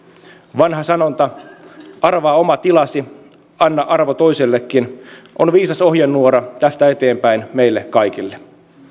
vanha sanonta arvaa oma tilasi anna arvo toisellekin on viisas ohjenuora tästä eteenpäin meille kaikille